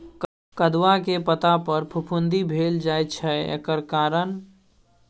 कदुआ के पता पर फफुंदी भेल जाय छै एकर कारण?